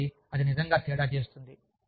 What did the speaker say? కాబట్టి అది నిజంగా తేడా చేస్తుంది